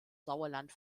sauerland